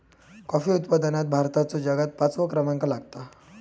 coffee उत्पादनात भारताचो जगात पाचवो क्रमांक लागता